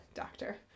doctor